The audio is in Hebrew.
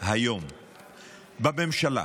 היום בממשלה,